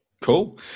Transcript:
cool